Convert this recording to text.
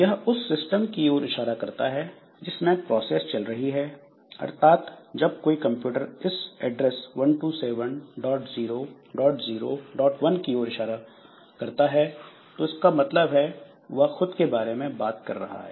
यह उस सिस्टम की ओर इशारा करता है जिसमें की प्रोसेस चल रही है अर्थात जब कोई कंप्यूटर इस एड्रेस 127001 की तरफ इशारा करता है तो इसका मतलब है वह खुद के बारे में बात कर रहा है